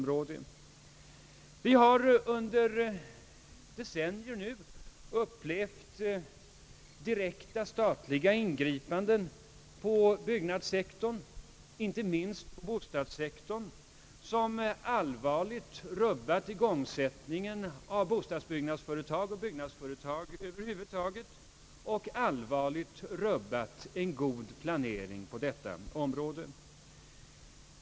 Vi har under decennier upplevt direkta statliga ingripanden på bostadssektorn som =:allvarligt rubbat igångsättningen av bostadsbyggnadsföretag och byggnadsföretag över huvud taget och som förstört en god planering på detta område.